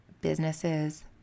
businesses